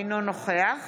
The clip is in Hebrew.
אינו נוכח